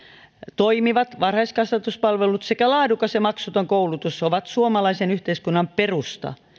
toimivat varhaiskasvatuspalvelut sekä laadukas ja maksuton koulutus ovat suomalaisen yhteiskunnan perusta